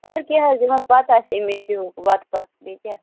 ہر کیٚنہہ حظ یِمَن پتہ آسہِ اَمہِ ایرِیاہُک وَتہٕ پَتہٕ بیٚیہِ کیٛاہ